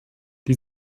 die